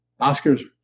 Oscar's